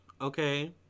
okay